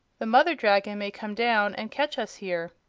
the mother dragon may come down and catch us here.